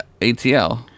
ATL